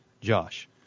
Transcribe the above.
Josh